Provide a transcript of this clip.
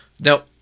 Now